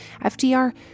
FDR